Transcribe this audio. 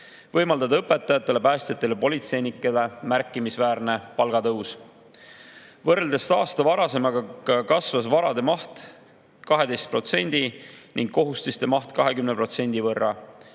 võimaldada õpetajatele, päästjatele ja politseinikele märkimisväärne palgatõus. Võrreldes aasta varasemaga kasvas varade maht 12% võrra ning kohustiste maht 20% võrra.